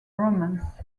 romance